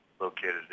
located